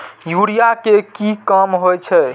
Urea के की काम होई छै?